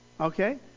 Okay